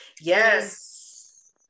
Yes